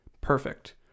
perfect